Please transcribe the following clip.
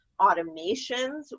automations